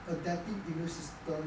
adaptive immune system